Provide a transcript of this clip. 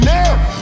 Now